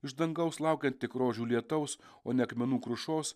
iš dangaus laukiant tik rožių lietaus o ne akmenų krušos